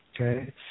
okay